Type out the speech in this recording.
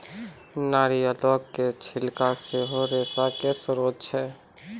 नारियलो के छिलका सेहो रेशा के स्त्रोत छै